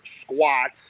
squat